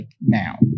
now